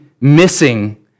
missing